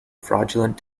fraudulent